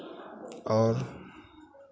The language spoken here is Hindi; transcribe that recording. और